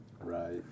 Right